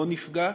לא נפגע.